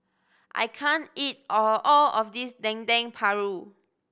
I can't eat all all of this Dendeng Paru